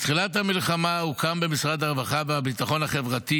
בתחילת המלחמה הוקם במשרד הרווחה והביטחון החברתי